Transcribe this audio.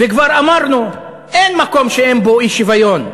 וכבר אמרנו: אין מקום שאין בו אי-שוויון,